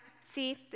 see